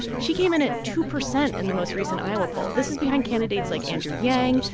she came in at two percent in the most recent iowa poll. this is behind candidates like andrew yang,